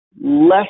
less